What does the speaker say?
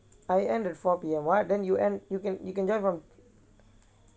I end at four P_M what then you end then you can you can join from